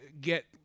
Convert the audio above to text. get –